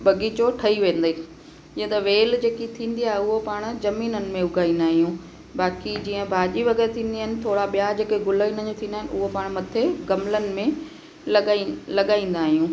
बाग़ीचो ठही वेंदे ईअं त वेल जेकी थींदी आहे उहो पाण जमीननि में उगाईंदा आहियूं बाक़ी जीअं भाॼी वग़ैरह थींदी आहिनि थोरा ॿियां जेके गुल इन जा थींदा आहिनि उहा पाण मथे गमलनि में लॻाई लॻाईंदा आहियूं